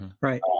Right